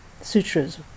sutras